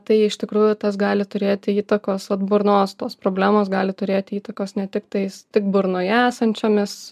tai iš tikrųjų tas gali turėti įtakos vat burnos tos problemos gali turėti įtakos ne tiktais tik burnoje esančiomis